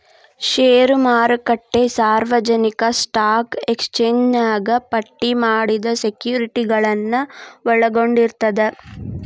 ಷೇರು ಮಾರುಕಟ್ಟೆ ಸಾರ್ವಜನಿಕ ಸ್ಟಾಕ್ ಎಕ್ಸ್ಚೇಂಜ್ನ್ಯಾಗ ಪಟ್ಟಿ ಮಾಡಿದ ಸೆಕ್ಯುರಿಟಿಗಳನ್ನ ಒಳಗೊಂಡಿರ್ತದ